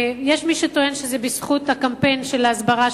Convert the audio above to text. יש מי שטוען שזה בזכות הקמפיין של ההסברה,